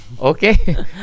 okay